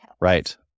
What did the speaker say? Right